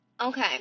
Okay